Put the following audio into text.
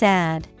Sad